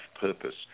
purpose